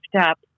up